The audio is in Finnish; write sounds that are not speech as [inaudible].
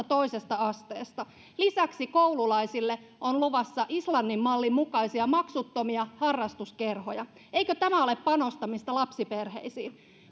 [unintelligible] toisesta asteesta lisäksi koululaisille on luvassa islannin mallin mukaisia maksuttomia harrastuskerhoja eikö tämä ole panostamista lapsiperheisiin